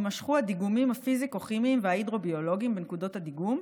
יימשכו הדיגומים הפיזיקו-כימיים וההידרוביולוגיים בנקודות הדיגום,